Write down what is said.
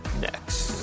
next